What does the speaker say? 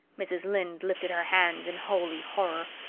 mrs. lynde lifted her hands in holy horror.